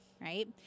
Right